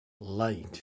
light